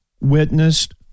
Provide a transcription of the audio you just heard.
witnessed